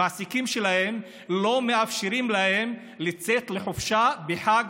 המעסיקים שלהם לא מאפשרים להם לצאת לחופשה בחג,